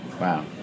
Wow